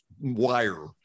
wire